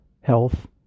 health